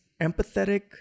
empathetic